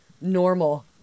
normal